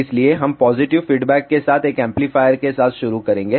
इसलिए हम positive feedback के साथ एक एम्पलीफायर के साथ शुरू करेंगे